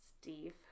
Steve